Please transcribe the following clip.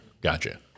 Gotcha